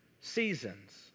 seasons